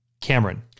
Cameron